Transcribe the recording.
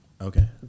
Okay